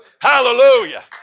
Hallelujah